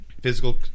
physical